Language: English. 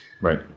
Right